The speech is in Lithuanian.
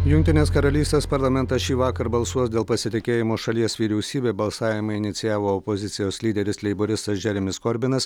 jungtinės karalystės parlamentas šįvakar balsuos dėl pasitikėjimo šalies vyriausybe balsavimą inicijavo opozicijos lyderis leiboristas džeremis korbinas